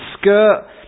skirt